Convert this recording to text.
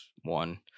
one